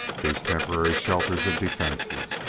these temporary shelters and defenses,